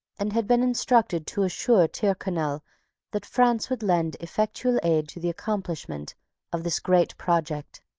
and had been instructed to assure tyrconnel that france would lend effectual aid to the accomplishment of this great project.